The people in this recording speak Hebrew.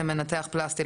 למנתח פלסטי,